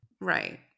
Right